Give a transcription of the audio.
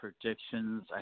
predictions